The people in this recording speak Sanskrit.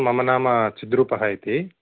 मम नाम चिद्रूपः इति